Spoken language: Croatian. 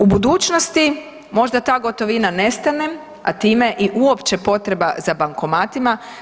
U budućnosti možda ta gotovina nestane, a time i uopće potreba za bankomatima.